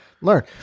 learn